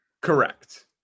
Correct